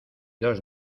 dos